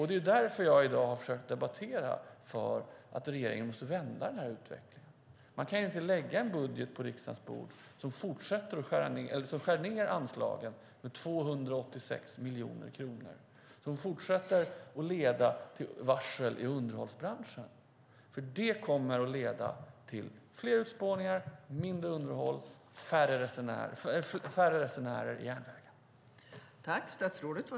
Det är därför jag i dag har försökt debattera för att regeringen måste vända den här utvecklingen. Man kan inte lägga fram en budget som skär ned anslagen med 286 miljoner kronor och leder till fler varsel i underhållsbranschen. Det kommer att leda till fler urspårningar, mindre underhåll och färre resenärer på järnvägen.